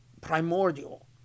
primordial